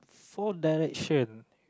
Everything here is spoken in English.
four direction